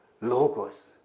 Logos